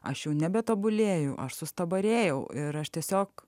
aš jau nebetobulėju aš sustabarėjau ir aš tiesiog